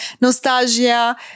nostalgia